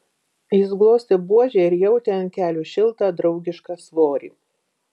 jis glostė buožę ir jautė ant kelių šiltą draugišką svorį